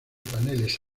paneles